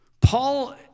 Paul